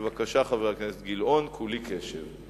בבקשה, חבר הכנסת גילאון, כולי קשב.